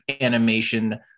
animation